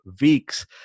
weeks